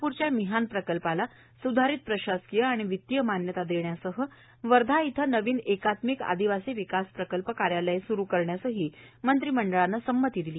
नागपूरच्या मिहान प्रकल्पास स्धारित प्रशासकीय आणि वितीय मान्यता देण्यासह वर्धा इथं नवीन एकात्मिक आदिवासी विकास प्रकल्प कार्यालय स्रू करण्यासही मंत्रिमंडळानं संमती दिली